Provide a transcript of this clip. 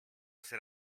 ser